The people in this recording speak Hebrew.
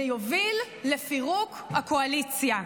זה יוביל לפירוק הקואליציה.